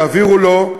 יעבירו לו,